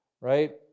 right